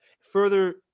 further